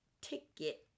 ticket